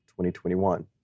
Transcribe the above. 2021